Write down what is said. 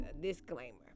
disclaimer